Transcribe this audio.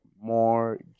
more